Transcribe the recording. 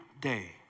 day